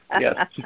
yes